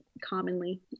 commonly